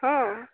ହଁ